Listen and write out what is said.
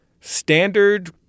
standard